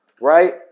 right